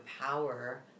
power